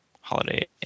holiday